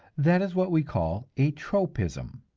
that is what we call a tropism,